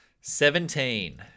Seventeen